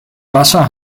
wasser